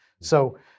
So-